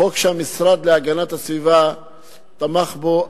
חוק שהמשרד להגנת הסביבה תמך בו,